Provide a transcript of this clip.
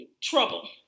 trouble